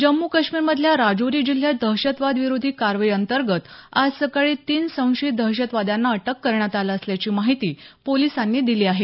जम्मू काश्मीरमधल्या राजौरी जिल्ह्यात दहशतवाद विरोधी कारवाई अंतर्गत आज सकाळी तीन संशयीत दहशतवाद्यांना अटक करण्यात आल असल्याची माहिती पोलिसांनी दिली आहे